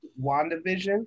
WandaVision